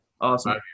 Awesome